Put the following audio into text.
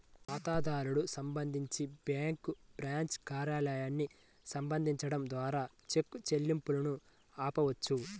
ఖాతాదారుడు సంబంధించి bank branch కార్యాలయాన్ని సందర్శించడం ద్వారా చెక్ చెల్లింపును ఆపవచ్చు